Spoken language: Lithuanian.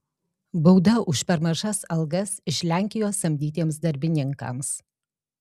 bauda už per mažas algas iš lenkijos samdytiems darbininkams